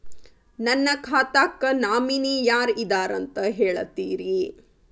ನನ್ನ ಖಾತಾಕ್ಕ ನಾಮಿನಿ ಯಾರ ಇದಾರಂತ ಹೇಳತಿರಿ?